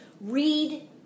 Read